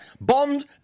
bond